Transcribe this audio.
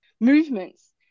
movements